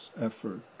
effort